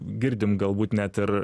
girdim galbūt net ir